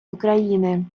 україни